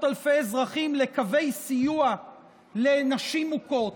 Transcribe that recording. אלפי אזרחים לקווי סיוע לנשים מוכות,